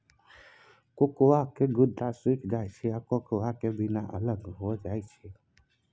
cocoa के गुद्दा सुइख जाइ छइ आ कोकोआ के बिया अलग हो जाइ छइ